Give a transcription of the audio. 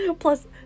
Plus